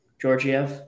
Georgiev